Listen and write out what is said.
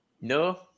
no